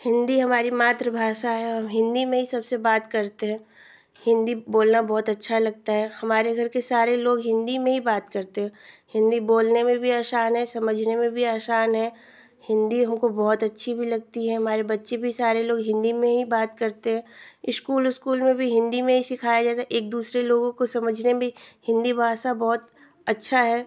हिन्दी हमारी मातृभाषा है हम हिन्दी में ही सबसे बात करते हैं हिन्दी बोलना बहुत अच्छा लगता है हमारे घर के सारे लोग हिन्दी में ही बात करते हैं हिन्दी बोलने में भी आसान है समझने में भी आसान है हिन्दी हमको बहुत अच्छी भी लगती है हमारे बच्चे भी सारे लोग हिन्दी में ही बात करते हैं स्कूल उस्कूल में भी हिन्दी में ही सिखाया जाता है एक दूसरे लोगों को समझने में भी हिन्दी भाषा बहुत अच्छी है